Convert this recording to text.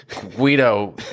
Guido